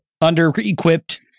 under-equipped